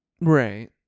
Right